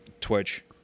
twitch